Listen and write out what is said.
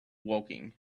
woking